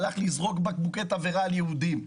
הלך לזרוק בקבוקי תבערה על יהודים.